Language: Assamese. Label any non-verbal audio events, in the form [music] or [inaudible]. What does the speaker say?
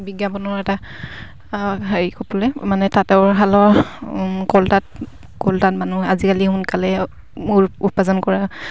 বিজ্ঞাপনৰ এটা হেৰি ক'বলে মানে তাঁতৰ শালৰ [unintelligible] মানুহে আজিকালি সোনকালে উপাৰ্জন কৰে